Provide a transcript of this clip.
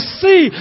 see